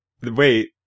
Wait